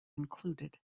included